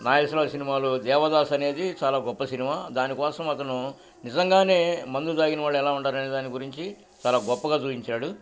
నాయేశ్వవార సినిమాలు దేవదాస్ అనేది చాలా గొప్ప సినిమా దానికోసం అతను నిజంగానే మందు తాగినవాళ్డు ఎలా ఉండారనే దాని గురించి చాలా గొప్పగా చూపించాడు